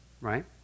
right